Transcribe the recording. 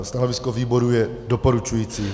Stanovisko výboru je doporučující.